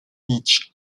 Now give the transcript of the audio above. each